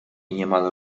niemal